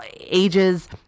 ages